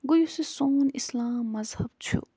گوٚو یُس یہِ سون اِسلام مذہب چھُ